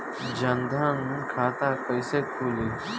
जनधन खाता कइसे खुली?